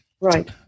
Right